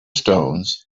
stones